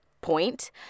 point